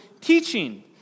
teaching